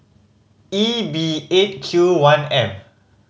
E B Eight Q one M